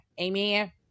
Amen